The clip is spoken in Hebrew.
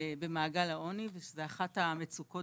במעגל העוני, ושזה אחת המצוקות